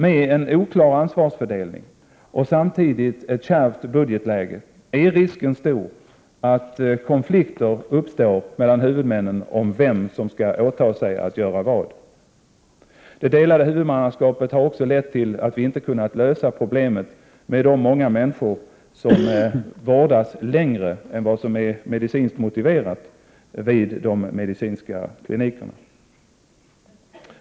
Med en oklar ansvarsfördelning och samtidigt ett kärvt budgetläge är risken stor att konflikter uppstår mellan huvudmännen om vem som skall åta sig att göra vad. Det delade huvudmannaskapet har också lett till att vi inte kunnat lösa problemet med de många människor som vårdas längre än vad som är medicinskt motiverat vid de medicinska klinikerna.